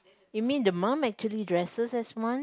you mean the mum actually dresses as one